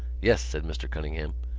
yes, said mr. cunningham.